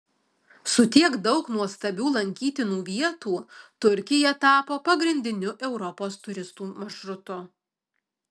su tiek daug nuostabių lankytinų vietų turkija tapo pagrindiniu europos turistų maršrutu